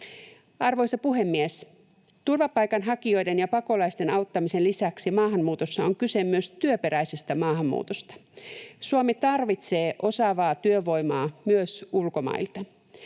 Arvoisa puhemies! Turvapaikanhakijoiden ja pakolaisten auttamisen lisäksi maahanmuutossa on kyse myös työperäisestä maahanmuutosta. Suomi tarvitsee osaavaa työvoimaa myös ulkomailta.